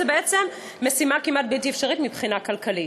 זו בעצם משימה כמעט בלתי אפשרית מבחינה כלכלית.